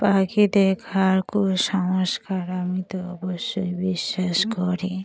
পাখি দেখার কুসংস্কার আমি তো অবশ্যই বিশ্বাস করি